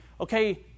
okay